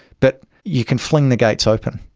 but you can fling the gates open,